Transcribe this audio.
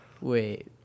Wait